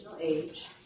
age